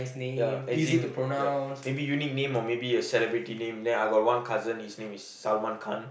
ya as in ya maybe unique name or maybe a celebrity name then I got one cousin his name is Salman-Khan